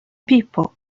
pippo